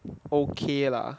okay lah